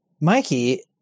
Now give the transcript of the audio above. Mikey